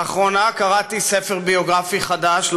לאחרונה קראתי ספר ביוגרפיה חדש,